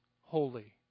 holy